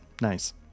Nice